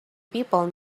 people